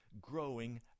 growing